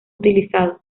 utilizado